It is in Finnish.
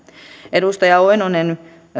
edustaja oinonen